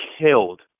killed